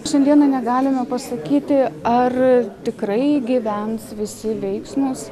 šiandieną negalime pasakyti ar tikrai gyvens visi veiksnūs